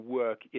work